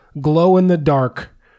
glow-in-the-dark